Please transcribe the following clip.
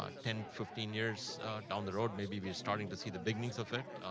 ah ten, fifteen years down the road, maybe we're starting to see the beginnings of it.